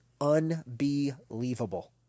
unbelievable